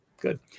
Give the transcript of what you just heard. Good